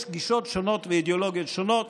יש גישות שונות ואידיאולוגיות שונות,